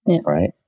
right